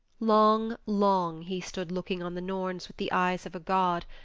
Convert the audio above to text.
long, long he stood looking on the norns with the eyes of a god,